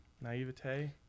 naivete